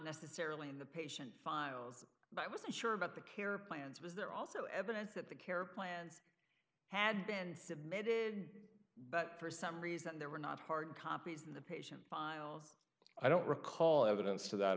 necessarily in the patient files but i wasn't sure about the care plans was there also evidence that the care plans had been submitted but for some reason they were not hard copies the patient files i don't recall evidence to that